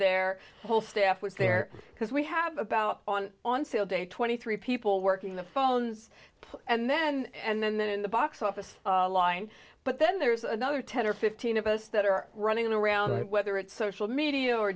their whole staff was there because we have about on on sale day twenty three people working the phones and then and then in the box office line but then there's another ten or fifteen of us that are running around whether it's social media